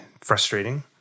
frustrating